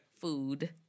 food